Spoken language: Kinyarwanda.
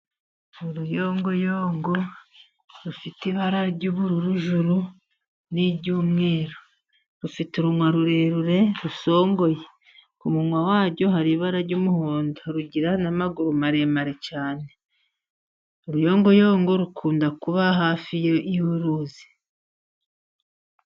Uruyongoyongo rufite ibara ry'ubururujuru, n'iry'umweru. Rufite uruwa rurerure rusongoye, ku munwa waryo hari ibara ry'umuhondo, rugira n'amaguru maremare cyane. Uruyongoyongo rukunda kuba hafi y'uruzi.